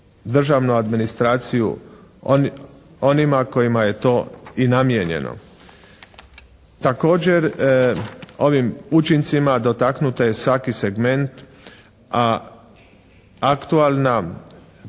državnu administraciju onima kojima je to i namijenjeno. Također ovim učincima dotaknuta je svaki segment, a aktualna nautička,